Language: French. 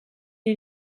est